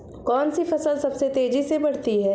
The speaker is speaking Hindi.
कौनसी फसल सबसे तेज़ी से बढ़ती है?